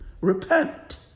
Repent